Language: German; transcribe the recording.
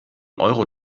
euro